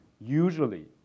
usually